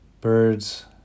birds